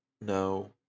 No